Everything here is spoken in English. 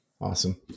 Awesome